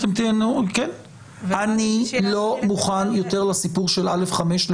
אני לא מוכן יותר לסיפור של א/5.